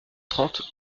trente